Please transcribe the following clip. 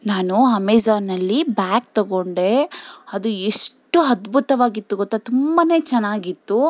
ನಾನು ಅಮೇಝಾನಲ್ಲಿ ಬ್ಯಾಗ್ ತೊಗೊಂಡೆ ಅದು ಎಷ್ಟು ಅದ್ಬುತವಾಗಿತ್ತು ಗೊತ್ತ ತುಂಬ ಚೆನ್ನಾಗಿತ್ತು